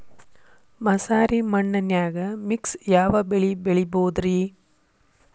ಮಸಾರಿ ಮಣ್ಣನ್ಯಾಗ ಮಿಕ್ಸ್ ಯಾವ ಬೆಳಿ ಬೆಳಿಬೊದ್ರೇ?